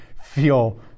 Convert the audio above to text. feel